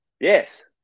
yes